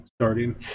starting